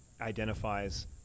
identifies